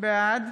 בעד